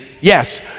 yes